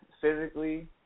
physically